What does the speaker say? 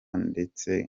ndetse